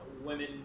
women